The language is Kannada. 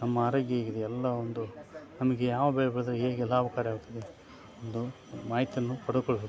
ನಮ್ಮ ಆರೋಗ್ಯ ಹೇಗಿದೆ ಎಲ್ಲ ಒಂದು ನಮಗೆ ಯಾವ ಬೆಳೆ ಬೆಳೆದ್ರೆ ಹೇಗೆ ಲಾಭಕಾರಿ ಆಗುತ್ತದೆ ಒಂದು ಮಾಹಿತಿಯನ್ನು ಪಡೆದುಕೊಳ್ಳಬೇಕು